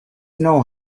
know